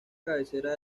cabecera